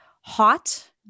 hot